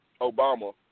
Obama